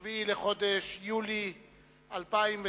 (7 ביולי 2009)